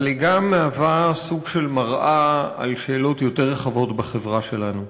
אבל היא גם מהווה סוג של מראה על שאלות רחבות יותר בחברה שלנו.